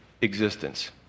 existence